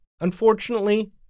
Unfortunately